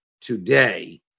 today